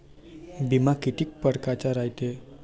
बिमा कितीक परकारचा रायते?